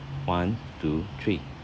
one two three